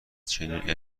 چنین